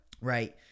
Right